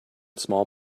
small